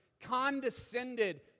condescended